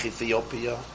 Ethiopia